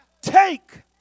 take